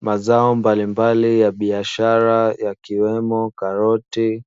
Mazao mbalimbali ya biashara yakiwemo karoti,